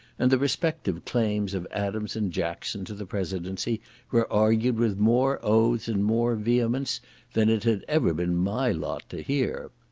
and the respective claims of adams and jackson to the presidency were argued with more oaths and more vehemence than it had ever been my lot to hear.